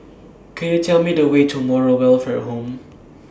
Could YOU Tell Me The Way to Moral Welfare Home